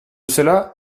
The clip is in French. cela